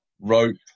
rope